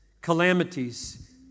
calamities